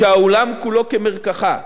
כשהעולם כולו כמרקחה,